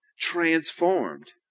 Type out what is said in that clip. Transformed